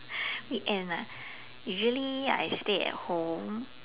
weekend ah usually I stay at home